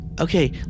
Okay